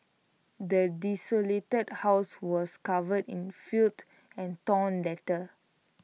the desolated house was covered in filth and torn letters